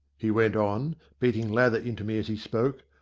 he went on, beating lather into me as he spoke,